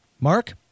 Mark